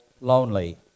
lonely